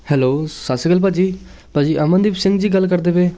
hello Sat Sri Akal ਭਾਅ ਜੀ ਭਾਅ ਜੀ ਅਮਨਦੀਪ ਸਿੰਘ ਜੀ ਗੱਲ ਕਰਦੇ ਪਏ